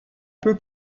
peut